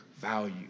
value